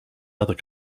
other